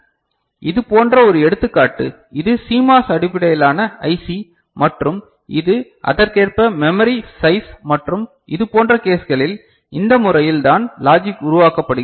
எனவே இது போன்ற ஒரு எடுத்துக்காட்டு இது சிமாஸ் அடிப்படையிலான ஐசி மற்றும் இது அதற்கேற்ப மெமரி சைஸ் மற்றும் இது போன்ற கேஸ்களில் இந்த முறையில் தான் லாஜிக் உருவாக்கப்படுகிறது